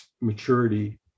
maturity